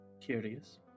Curious